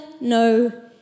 no